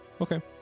Okay